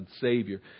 Savior